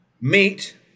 Meat